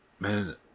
Man